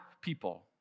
people